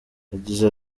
yagize